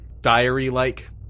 diary-like